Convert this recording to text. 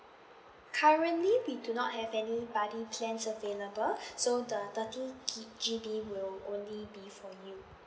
currently we do not have any buddy plans available so the thirty gig G_B will only be for you